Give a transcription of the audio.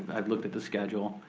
i've looked at the schedule.